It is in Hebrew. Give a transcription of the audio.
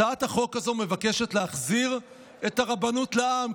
הצעת החוק הזאת מבקשת להחזיר את הרבנות לעם.